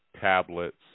tablets